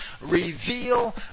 reveal